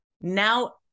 Now